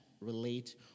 relate